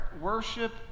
worship